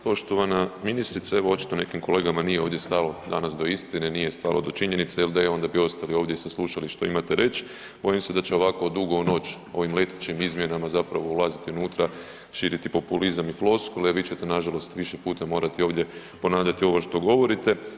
Poštovana ministrice, evo očito nekim kolegama nije ovdje stalo danas do istine, nije stalo do činjenice jer da je, onda bi ostali ovdje i saslušali što imate reć, bojim se da će ovako dugo u noć ovim letećim izmjenama zapravo ulaziti unutra, širiti populizam i floskule, vi ćete nažalost više puta morati ovdje ponavljati ovo što govorite.